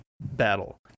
battle